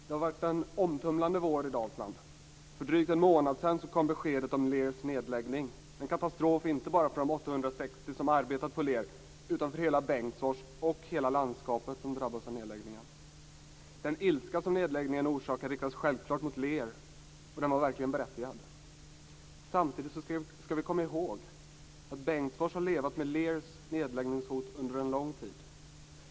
Herr talman! Det har varit en omtumlande vår i För drygt en månad sedan kom beskedet om Lears nedläggning - en katastrof inte bara för de 860 som arbetat på Lear utan för hela Bengtsfors och hela landskapet som drabbas av nedläggningen. Den ilska som nedläggningen orsakade riktades självklart mot Lear, och den var verkligen berättigad. Samtidigt skall vi komma ihåg att Bengtsfors har levt med Lears nedläggningshot under en lång tid.